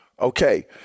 Okay